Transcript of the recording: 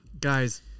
guys